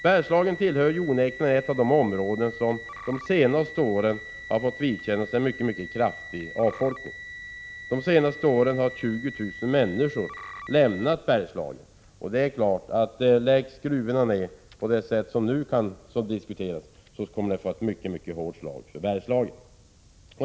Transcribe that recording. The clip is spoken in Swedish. Bergslagen är onekligen ett av de områden som under senare tid har fått vidkännas en mycket kraftig avfolkning. Under de senaste åren har 20 000 människor lämnat Bergslagen. Om gruvorna läggs ned på det sätt som nu diskuteras, kommer det att innebära ett mycket hårt slag för Bergslagen.